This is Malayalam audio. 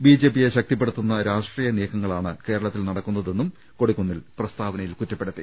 ബി ജെ പിയെ ശക്തിപ്പെടുത്തുന്ന രാഷ്ട്രീയ നീക്കങ്ങളാണ് കേര ളത്തിൽ നടക്കുന്നതെന്നും കൊടിക്കുന്നിൽ പ്രസ്താവനയിൽ കുറ്റപ്പെടു ത്തി